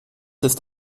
ist